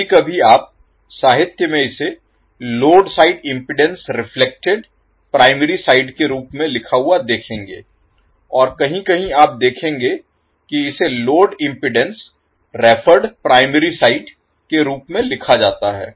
कभी कभी आप साहित्य में इसे load side impedance reflected primary side के रूप में लिखा हुआ देखेंगे और कहीं कहीं आप देखेंगे कि इसे load impedance referred primary side के रूप में लिखा जाता है